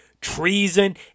treason